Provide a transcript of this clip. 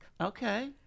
Okay